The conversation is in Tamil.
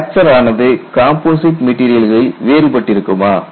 கேள்வி பிராக்சர் பிஹேவியர் ஆனது கம்போசிட் மெட்டீரியல்களில் வேறுபட்டிருக்குமா